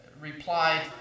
replied